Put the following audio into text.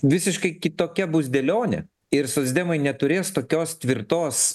visiškai kitokia bus dėlionė ir socdemai neturės tokios tvirtos